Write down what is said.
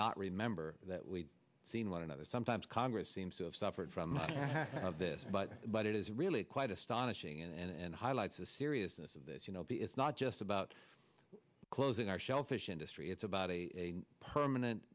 remember that we seen one another sometimes congress seems to have suffered from this but but it is really quite astonishing and highlights the seriousness of this you know it's not just about closing our shellfish industry it's about a permanent